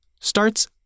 starts